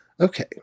Okay